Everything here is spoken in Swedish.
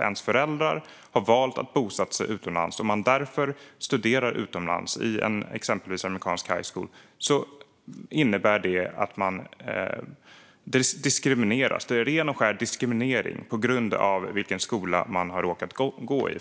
ens föräldrar har valt att bosätta sig utomlands och man därför studerar utomlands, exempelvis på amerikansk high school, innebär det att man diskrimineras. Det handlar om ren och skär diskriminering på grund av vilken skola man har råkat gå i.